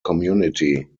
community